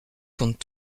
compte